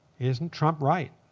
isn't trump right?